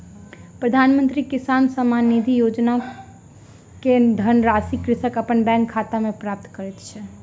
प्रधानमंत्री किसान सम्मान निधि योजना के धनराशि कृषक अपन बैंक खाता में प्राप्त करैत अछि